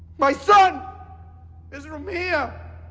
my son is from here.